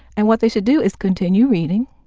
and what they should do is continue reading.